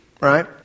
right